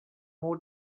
more